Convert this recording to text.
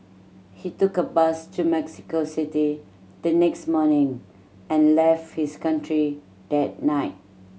he took a bus to Mexico City the next morning and left his country that night